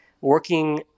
working